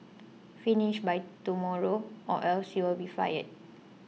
finish by tomorrow or else you'll be fired